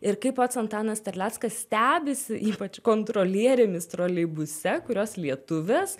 ir kai pats antanas terleckas stebisi ypač kontrolierėmis troleibuse kurios lietuvės